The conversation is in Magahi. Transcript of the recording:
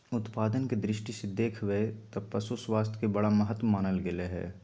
उत्पादन के दृष्टि से देख बैय त पशु स्वास्थ्य के बड़ा महत्व मानल गले हइ